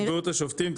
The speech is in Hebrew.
תקבעו את השופטים,